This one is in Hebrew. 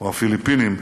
או הפיליפינים,